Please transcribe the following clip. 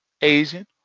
Asian